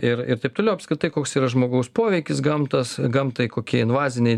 ir ir taip toliau apskritai koks yra žmogaus poveikis gamtas gamtai kokie invaziniai